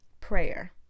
prayer